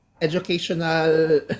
educational